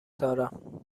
دارم